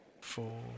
four